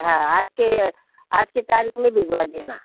हाँ आज के आज के तारिख़ मे भिजवा देना